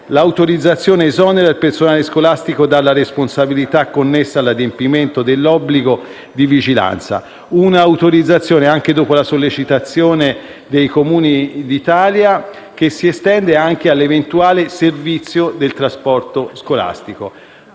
L'autorizzazione esonera il personale scolastico dalla responsabilità connessa all'adempimento dell'obbligo di vigilanza, e si estende, anche dopo la sollecitazione dei Comuni d'Italia, anche all'eventuale servizio del trasporto scolastico.